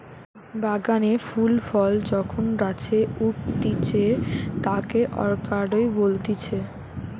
বাগানে ফুল ফল যখন গাছে উগতিচে তাকে অরকার্ডই বলতিছে